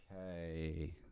Okay